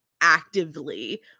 actively